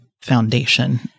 foundation